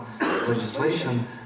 legislation